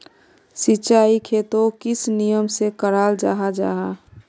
सिंचाई खेतोक किस नियम से कराल जाहा जाहा?